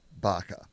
Barker